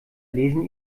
lesen